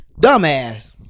Dumbass